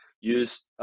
use